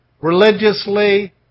religiously